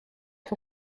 for